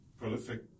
prolific